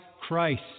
Christ